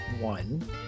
one